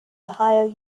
ohio